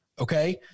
okay